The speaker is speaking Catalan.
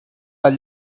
dels